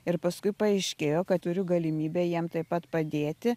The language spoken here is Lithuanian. ir paskui paaiškėjo kad turiu galimybę jiem taip pat padėti